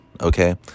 okay